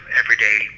everyday